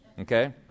okay